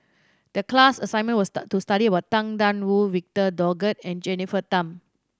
the class assignment was to study about Tang Da Wu Victor Doggett and Jennifer Tham